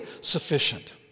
sufficient